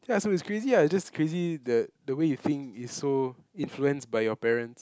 ya so is crazy lah is just crazy that the way you think is so influenced by your parents